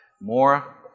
More